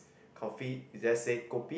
coffee you just say kopi